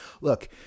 Look